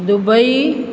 Dubai